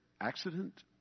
accident